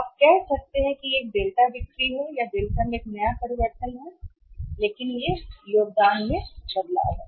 आप कह सकते हैं कि यह एक डेल्टा बिक्री है डेल्टा में एक नया परिवर्तन कहा जाता है लेकिन यह योगदान में बदलाव है